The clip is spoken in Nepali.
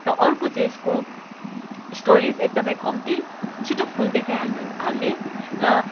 र अर्को चाहिँ यसको स्टोरेज एकदमै कम्ती छिटो फुल देखाइहाल्नु हाल्ने र